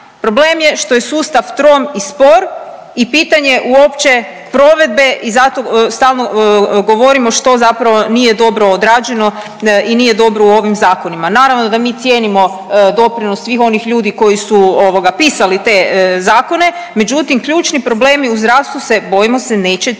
problem je što je sustav trom i spor i pitanje je uopće provedbe i zato stalno govorimo što zapravo nije dobro odrađeno i nije dobro u ovim zakonima. Naravno da mi cijenimo doprinos svih onih ljudi koji su ovoga pisali te zakone, međutim ključni problemi u zdravstvu se, bojimo se neće time